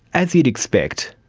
as you'd expect,